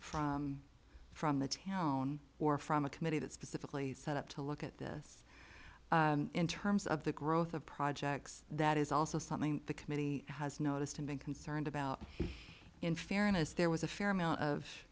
from from the town or from a committee that specifically set up to look at this in terms of the growth of projects that is also something the committee has noticed and been concerned about in fairness there was a fair amount of